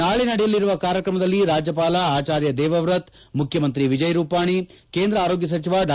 ನಾಳೆ ನಡೆಯಲಿರುವ ಕಾರ್ಯಕ್ರಮದಲ್ಲಿ ರಾಜ್ಯಪಾಲ ಆಚಾರ್ಯ ದೇವ್ಪ್ರತ್ ಮುಖ್ಯಮಂತ್ರಿ ವಿಜಯ್ ರೂಪಾಣಿ ಕೇಂದ್ರ ಆರೋಗ್ಯ ಸಚಿವ ಡಾ